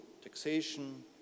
taxation